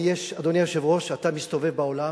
אדוני היושב-ראש, אתה מסתובב בעולם,